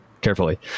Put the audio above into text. carefully